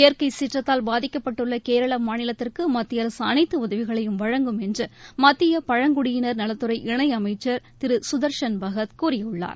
இயற்கைச் சீற்றத்தால் பாதிக்கப்பட்டுள்ள கேரள மாநிலத்துக்கு மத்திய அரசு அனைத்து உதவிகளையும் வழங்கும் என்று மத்திய பழங்குடியினா் நலத்துறை இணை அமைச்சா் திரு சுதா்சன் பகத் கூறியுள்ளார்